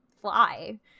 fly